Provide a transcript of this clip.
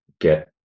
get